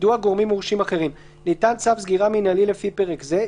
יידוע גורמים מורשים אחרים 7. ניתן צו סגירה מינהלי לפי פרק זה,